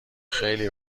خیلی